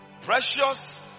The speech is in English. Precious